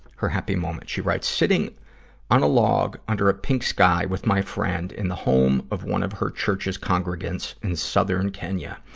her happy moment, she writes, sitting on a log under a pink sky with my friend in the home of one of her church's congregants in southern kenya.